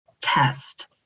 test